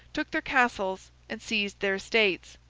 took their castles, and seized their estates.